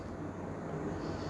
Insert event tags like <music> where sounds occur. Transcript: <breath>